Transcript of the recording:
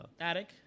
Attic